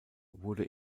wurde